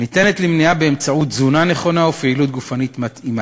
ניתן למניעה באמצעות תזונה נכונה ופעילות גופנית מתאימה.